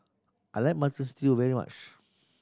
I like Mutton Stew very much